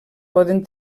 poden